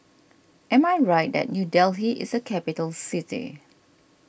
am I right that New Delhi is a capital city